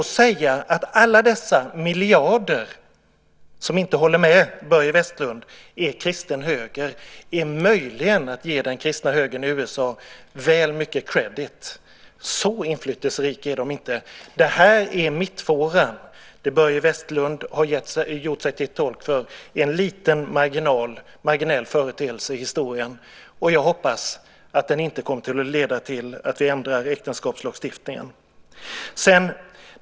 Att säga att alla dessa miljarder som inte håller med Börje Vestlund tillhör den kristna högern är möjligen att ge den kristna högern i USA väl mycket credit . Så inflytelserik är man inte. Det här är mittfåran. Det som Börje Vestlund har gjort sig till tolk för är en liten marginell företeelse i historien. Jag hoppas att det inte kommer att leda till att vi ändrar äktenskapslagstiftningen.